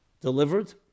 delivered